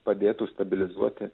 padėtų stabilizuoti